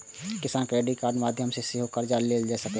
किसान क्रेडिट कार्डक माध्यम सं सेहो कर्ज लए सकै छै